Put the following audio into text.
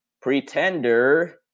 Pretender